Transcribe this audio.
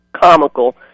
comical